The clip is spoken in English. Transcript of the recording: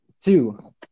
two